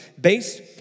Based